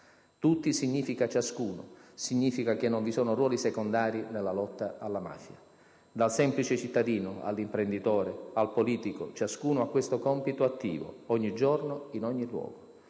Tutti significa ciascuno, significa che non vi sono ruoli secondari nella lotta alla mafia. Dal semplice cittadino all'imprenditore, al politico, ciascuno ha questo compito attivo, ogni giorno, in ogni luogo.